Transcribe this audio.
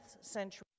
century